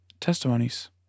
testimonies